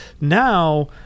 now